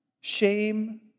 shame